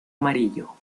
amarillo